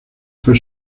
fue